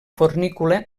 fornícula